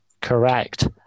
Correct